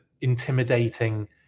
intimidating